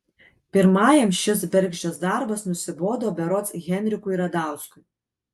pirmajam šis bergždžias darbas nusibodo berods henrikui radauskui